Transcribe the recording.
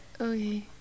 Okay